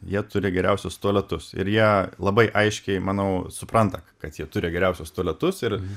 jie turi geriausius tualetus ir jie labai aiškiai manau supranta kad jie turi geriausios tualetus ir